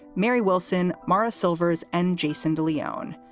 mary wilson, mara silvers and jason de leon.